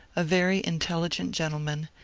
a very intelligent gen tleman,